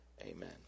Amen